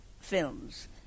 films